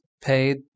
paid